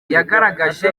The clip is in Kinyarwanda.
yagaragaje